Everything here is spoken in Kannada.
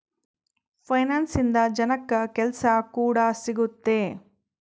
ಫೈನಾನ್ಸ್ ಇಂದ ಜನಕ್ಕಾ ಕೆಲ್ಸ ಕೂಡ ಸಿಗುತ್ತೆ